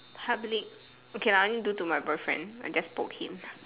public okay lah I only do to my boyfriend I just poke him